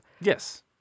Yes